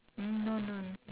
hmm no no